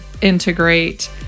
integrate